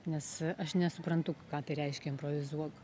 nes aš nesuprantu ką tai reiškia improvizuok